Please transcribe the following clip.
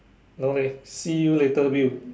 no leh see you later Bill